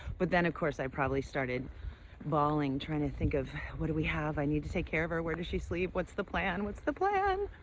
but then, of course, i probably started bawling, trying to think of, what do we have? i need to take care of her. where does she sleep? what's the plan? what's the plan!